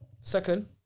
Second